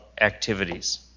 activities